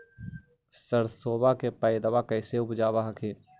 सरसोबा के पायदबा कैसे उपजाब हखिन?